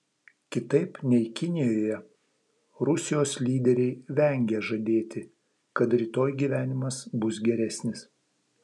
kitaip nei kinijoje rusijos lyderiai vengia žadėti kad rytoj gyvenimas bus geresnis